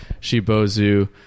Shibozu